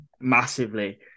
massively